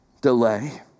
delay